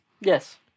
Yes